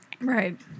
Right